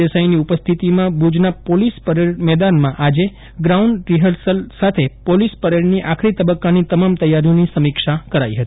દેસાઇની ઉપસ્થિતિમાં ભુજના police parade મેદાનમાં આજે ગ્રાઉન્ડ રીફર્સલ સાથે પોલીસ પરેડની આખરી તબકકાની તમામ તૈયારીઓની સમીક્ષા કરાઇ હતી